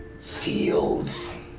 fields